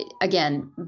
again